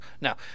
now